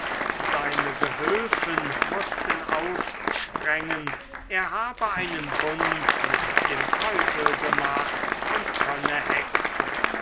seine gehülfen mußten aussprengen er habe einen bund mit dem teufel gemacht und könne hexen